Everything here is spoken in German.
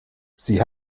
sie